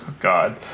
God